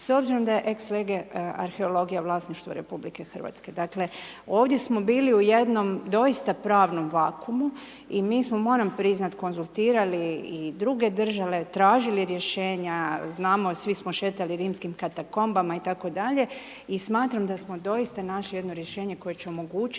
s obzirom, da je ex lege arheologija vlasništvo RH. Ovdje smo bili doista u jednom pravnom vakuumu i mi smo moram, priznati konzultirati i druge države, tražili rješenja, znamo i svi smo šetali rimskim katakombama itd. i smatram da smo doista našli ijedno rješenje, koje će omogućiti